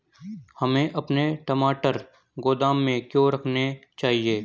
हमें अपने टमाटर गोदाम में क्यों रखने चाहिए?